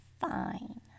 fine